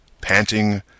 panting